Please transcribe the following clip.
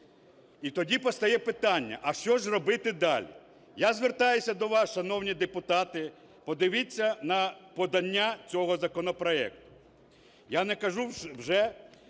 І тоді постає питання: а що ж робити далі? Я звертаюсь до вас, шановні депутати, подивіться на подання цього законопроекту.